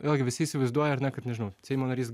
vėlgi visi įsivaizduoja kad nežinau seimo narys